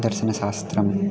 दर्शनशास्त्रम्